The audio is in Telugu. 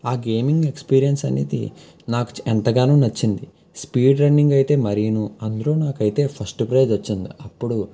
ఆ గేమింగ్ ఎక్స్పీరియన్స్ అనేది నాకు చ ఎంతగానో నచ్చింది స్పీడ్ రన్నింగ్ అయితే మరీను అందులో నాకైతే ఫస్ట్ ప్రైజ్ వచ్చింది అప్పుడు